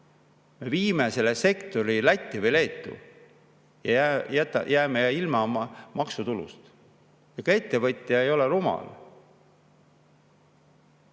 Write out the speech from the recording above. Me viime selle sektori Lätti või Leetu ja jääme ilma oma maksutulust. Ega ettevõtja ei ole rumal!